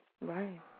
Right